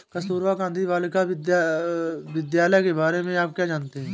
कस्तूरबा गांधी बालिका विद्यालय के बारे में आप क्या जानते हैं?